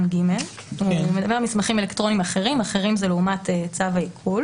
(ג) לגבי מסמכים אלקטרוניים אחרים אחרים זה לעומת צו העיקול